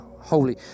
holy